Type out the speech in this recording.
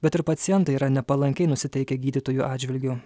bet ir pacientai yra nepalankiai nusiteikę gydytojų atžvilgiu